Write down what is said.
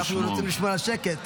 אנחנו רוצים לשמור על השקט.